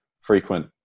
frequent